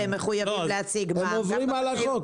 הם עוברים על החוק,